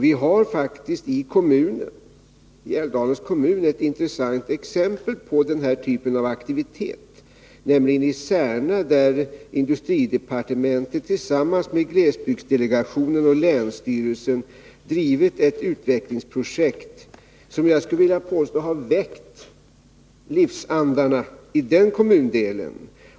Vi har faktiskt i Älvdalens kommun ett intressant exempel på denna typ av aktivitet, nämligen i Särna, där industridepartementet tillsammans med glesbygdsdelegationen och länsstyrelsen drivit ett utvecklingsprojekt som jag skulle vilja påstå har väckt livsandarna i den kommundelen.